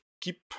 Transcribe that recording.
keep